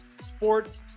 sports